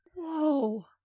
Whoa